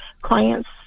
clients